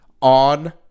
on